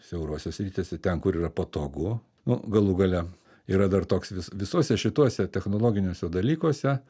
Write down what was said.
siaurose srityse ten kur yra patogu galų gale yra dar toks vis visuose šituose technologiniuose dalykuose